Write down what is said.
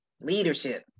Leadership